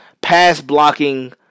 pass-blocking